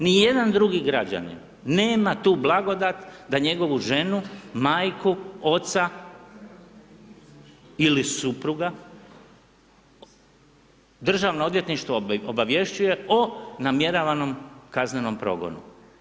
Nijedan drugi građanin nema tu blagodat da njegovu ženu, majku, oca ili supruga Državno odvjetništvo obavješćuje o namjeravanom kaznenom progonu.